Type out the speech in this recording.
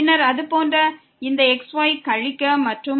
பின்னர் minus x y